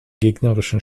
gegnerischen